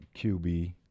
QB